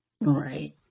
right